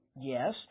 Yes